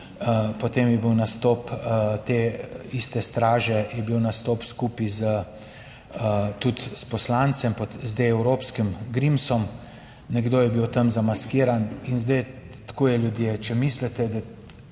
Potem je bil nastop te iste straže, je bil nastop skupaj tudi s poslancem, zdaj, evropskim, Grimsom. Nekdo je bil tam zamaskiran in zdaj tako je ljudje, če mislite, da